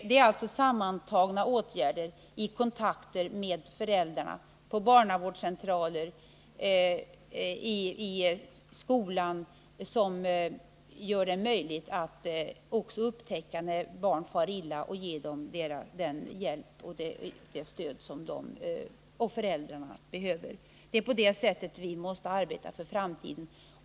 Det är alltså sammantagna åtgärder — kontakter med föräldrarna och åtgärder på barnavårdscentraler och i skolan — som gör det möjligt att upptäcka när barn far illa och ge dem den hjälp och det stöd som de och föräldrarna behöver. Det är på detta sätt vi måste arbeta för framtiden.